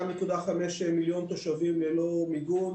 ב-2.5 מיליון תושבים ללא מיגון.